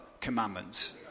commandments